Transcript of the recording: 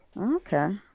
Okay